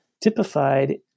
typified